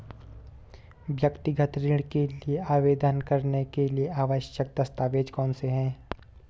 व्यक्तिगत ऋण के लिए आवेदन करने के लिए आवश्यक दस्तावेज़ कौनसे हैं?